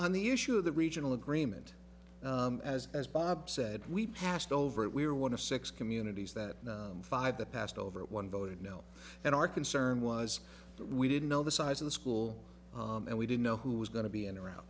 on the issue of the regional agreement as as bob said we passed over it we were one of six communities that five that passed over one voted no and our concern was we didn't know the size of the school and we didn't know who was going to be in around